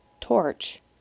torch